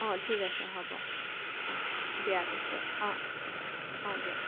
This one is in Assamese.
অঁ ঠিক আছে হ'ব অঁ দিয়া পিছে অঁ অঁ দিয়া